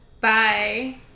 bye